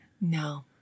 No